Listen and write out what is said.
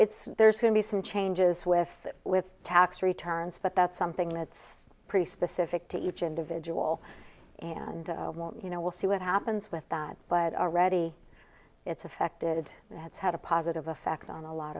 it's there soon be some changes with with tax returns but that's something that's pretty specific to each individual and you know we'll see what happens with that but already it's affected that's had a positive effect on a lot